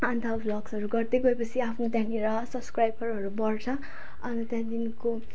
अन्त ब्लग्सहरू गर्दै गएपछि आफू त्यहाँनिर सब्सक्राइबरहरू बढ्छ अनि त्यहाँदेखिको